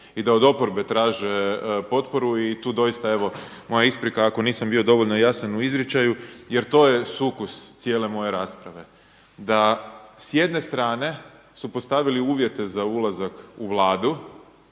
i da od oporbe traže potporu i tu doista moja isprika ako nisam bio dovoljno jasan u izričaju jer to je sukus cijele moje rasprave, da s jedne strane su postavili uvjete za ulazak u Vladu,